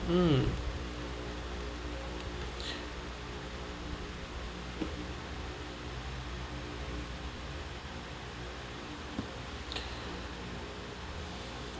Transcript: mm